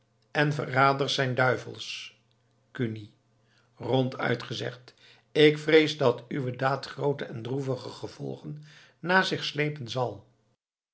en verraders zijn duivels kuni ronduit gezegd ik vrees dat uwe daad groote en droevige gevolgen na zich sleepen zal